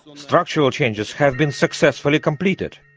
structural changes have been successfully completed.